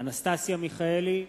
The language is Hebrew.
אנסטסיה מיכאלי,